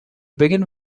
begin